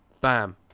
bam